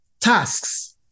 tasks